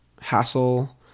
hassle